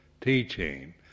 teaching